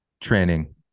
training